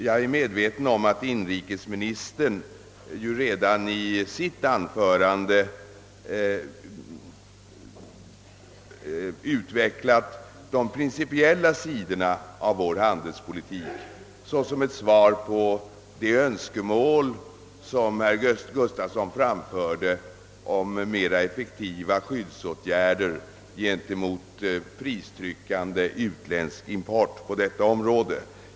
Jag är medveten om att inrikesministern i sitt anförande redan utvecklat de principiella sidorna av vår handelspolitik såsom ett svar på de önskemål som herr Gustafsson framförde om mera effektiva skyddsåtgärder gentemot pristryckande utländsk import på detta område.